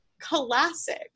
classic